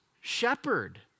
shepherd